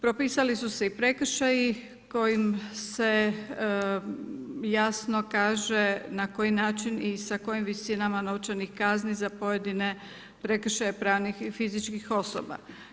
Propisali su se i prekršaji kojim se jasno kaže na koji način i sa kojim visinama novčane kazne za pojedine prekršaje pravnih i fizičkih osoba.